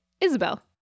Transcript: Isabel